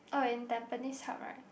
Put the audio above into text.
oh in Tampines Hub right